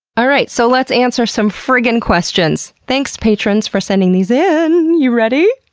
alright, so let's answer some friggin questions! thanks patrons, for sending these in! you ready?